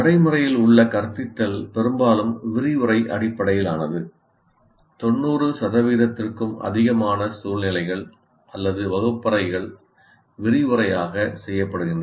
நடைமுறையில் உள்ள கற்பித்தல் பெரும்பாலும் விரிவுரை அடிப்படையிலானது 90 சதவீதத்திற்கும் அதிகமான சூழ்நிலைகள் அல்லது வகுப்பறைகள் விரிவுரையாக செய்யப்படுகின்றன